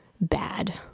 bad